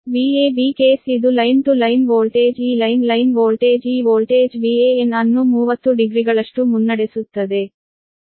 Vab case ಇದು line to line voltage ಈ line line voltage ಈ ವೋಲ್ಟೇಜ್ Van ಅನ್ನು 30 ಡಿಗ್ರಿಗಳಷ್ಟು ಮುನ್ನಡೆಸುತ್ತದೆ